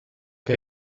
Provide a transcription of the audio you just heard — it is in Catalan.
que